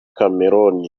cameroun